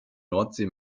nordsee